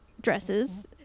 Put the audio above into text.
dresses